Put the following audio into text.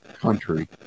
country